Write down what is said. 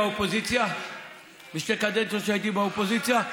בשתי קדנציות שהייתי באופוזיציה,